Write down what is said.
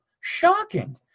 Shocking